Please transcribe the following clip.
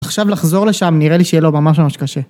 עכשיו לחזור לשם נראה לי שיהיה לו ממש ממש קשה.